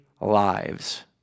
lives